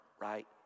right